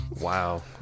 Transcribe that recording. Wow